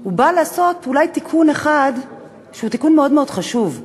הוא בא לעשות אולי תיקון אחד שהוא תיקון מאוד מאוד חשוב: